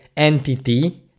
entity